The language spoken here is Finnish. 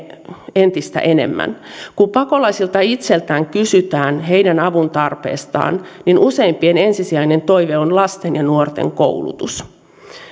entistä enemmän kun pakolaisilta itseltään kysytään heidän avuntarpeestaan niin useimpien ensisijainen toive on lasten ja nuorten koulutus